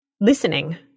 listening